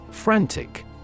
Frantic